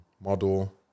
model